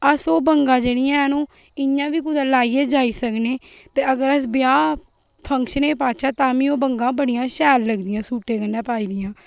अस ओह् बंगा जेह्ड़िया न ओह् इ'यां बी कुदै लाइयै जाई सकने ते अगर अस ब्याह् फंक्शने च पाचै तामी ओह् बंगा बढ़िया शैल लगदियां सुटे कन्नै पाई दियां